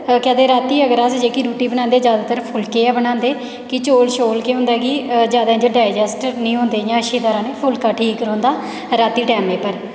रातीं अगर अस जेह्की रुट्टी बनांदे जादैतर फुल्के बनांदे कि चौल इं'या केह् होंदा कि डाईजेस्ट निं होंदे अच्छी तरह फुल्का ठीक रौहंदा रातीं टैमें पर